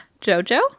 JoJo